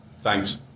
Thanks